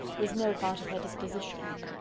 was no part of her disposition.